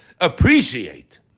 appreciate